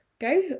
go